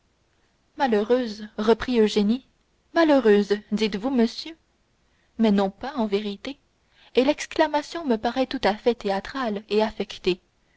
malheureuse reprit eugénie malheureuse dites-vous monsieur mais non pas en vérité et l'exclamation me paraît tout à fait théâtrale et affectée